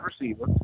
receiver